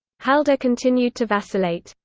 halder continued to vacillate.